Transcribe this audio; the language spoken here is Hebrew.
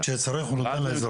כשצריך הוא נותן לאזרחים.